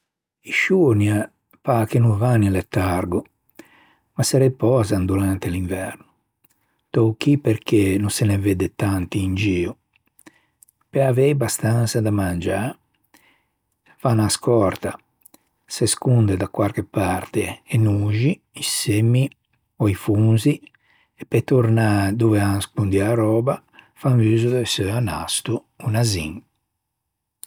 I sciornia pâ che no van in letargo ma se repösan durante l'inverno. T'ô chì perché no se ne vedde tanti in gio. Pe avei abastansa da mangiâ fan a scòrta, se sconde da quarche parte e noxi, i semmi ò i fonzi e pe tornâ dove an ascondio a röba fan uso do seu annasto, o nasin.